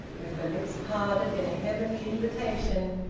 with her lips parted in a heavenly invitation,